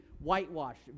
whitewashed